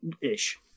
ish